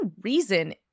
reason